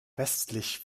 westlich